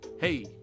Hey